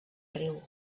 riu